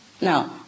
Now